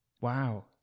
Wow